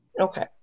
Okay